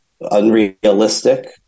unrealistic